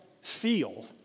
feel